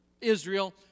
Israel